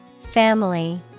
Family